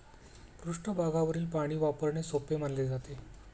पृष्ठभागावरील पाणी वापरणे सोपे मानले जाते